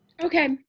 Okay